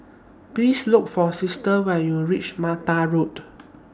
Please Look For Sister when YOU REACH Mata Road